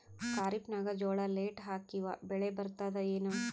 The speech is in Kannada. ಖರೀಫ್ ನಾಗ ಜೋಳ ಲೇಟ್ ಹಾಕಿವ ಬೆಳೆ ಬರತದ ಏನು?